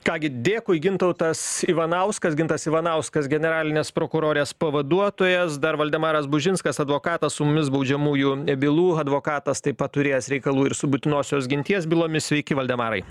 ką gi dėkui gintautas ivanauskas gintas ivanauskas generalinės prokurorės pavaduotojas dar valdemaras bužinskas advokatas su mumis baudžiamųjų bylų advokatas taip pat turėjęs reikalų ir su būtinosios ginties bylomis sveiki valdemarai